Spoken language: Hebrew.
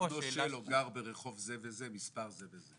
או גר ברחוב זה וזה, מספר זה וזה.